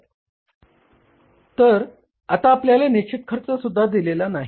तर आता आपल्याला निश्चित खर्चसुद्धा दिलेले नाही